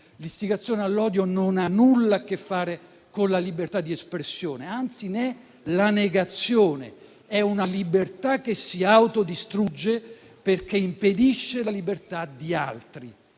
L'istigazione all'odio non ha nulla a che fare con la libertà di espressione, anzi ne è la negazione: è una libertà che si autodistrugge perché impedisce la libertà di altri.